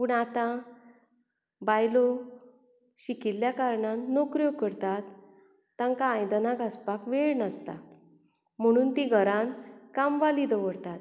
पूण आतां बायलो शिकिल्ल्या कारणान नोकऱ्यो करतात तांकां आदयनां घांसपाक वेळ नासता म्हणून तीं घरान कामवाली दवरतात